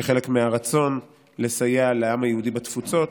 כחלק מהרצון לסייע לעם היהודי בתפוצות,